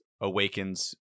awakens